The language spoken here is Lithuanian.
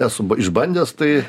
esu išbandęs tai